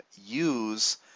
use